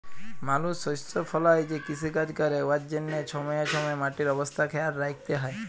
মালুস শস্য ফলাঁয় যে কিষিকাজ ক্যরে উয়ার জ্যনহে ছময়ে ছময়ে মাটির অবস্থা খেয়াল রাইখতে হ্যয়